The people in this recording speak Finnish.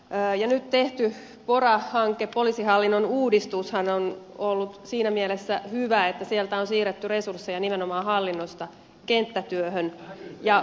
nyt tehty pora hanke poliisihallinnon uudistus on ollut siinä mielessä hyvä että sieltä on siirretty resursseja nimenomaan hallinnosta kenttätyöhön ja palveluihin